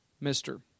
Mister